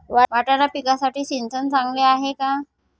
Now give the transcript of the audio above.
वाटाणा पिकासाठी सिंचन चांगले आहे का?